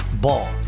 Ball